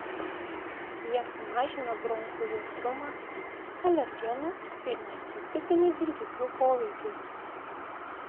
jie sumažina bronchų jautrumą alergenų ir nespecifinių dirgiklių poveikiui